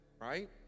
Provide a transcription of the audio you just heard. right